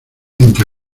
entre